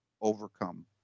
overcome